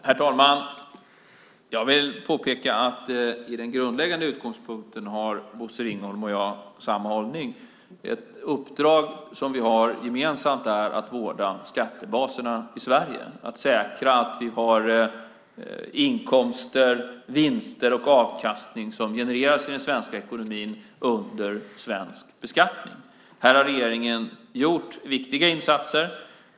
Herr talman! Jag vill påpeka att i den grundläggande utgångspunkten har Bosse Ringholm och jag samma hållning. Vårt gemensamma uppdrag är att vårda skattebaserna i Sverige, att säkra att inkomster, vinster och avkastning genereras i den svenska ekonomin under svensk beskattning. Här har regeringen gjort viktiga insatser.